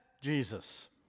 Jesus